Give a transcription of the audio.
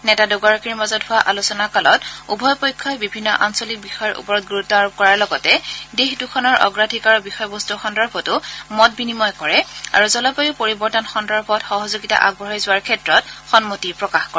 নেতা দুয়োগৰাকীৰ মাজত হোৱা আলোচনা কালত উভয় পক্ষই বিভিন্ন আঞ্চলিক বিষয়ৰ ওপৰত গুৰুত্ব আৰোপ কৰাৰ লগতে দেশ দুখনৰ অগ্ৰাধিকাৰৰ বিষয়বস্তুৰ সন্দৰ্ভটো মত বিনিময় কৰে আৰু জলবায়ু পৰিৱৰ্তন সন্দৰ্ভত সহযোগিতা আগবঢ়াই যোৱাৰ ক্ষেত্ৰত সন্মতি প্ৰকাশ কৰে